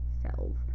cells